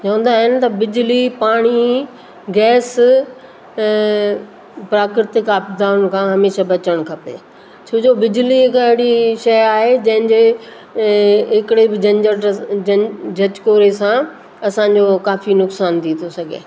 चवंदा आहिनि न बिजली पाणी गैस प्राकृतिक आपदाउनि खां हमेशह बचणु खपे छो जो बिजली हिक अहिड़ी शइ आहे जंहिंजे हिकिड़े बि झंझट जं झजिकोड़े सां असांजो काफ़ी नुक़सानु थी थो सघे